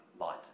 light